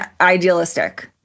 idealistic